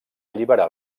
alliberar